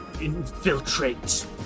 Infiltrate